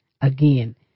Again